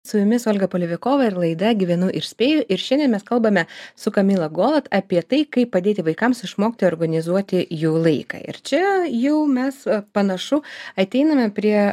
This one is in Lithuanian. su jumis olga palivikova ir laida gyvenu ir spėju ir šiandien mes kalbame su kamila golat apie tai kaip padėti vaikams išmokti organizuoti jų laiką ir čia jau mes panašu ateiname prie